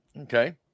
Okay